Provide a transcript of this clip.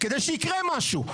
כדי שיקרה משהו.